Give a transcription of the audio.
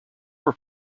were